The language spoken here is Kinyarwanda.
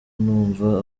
numva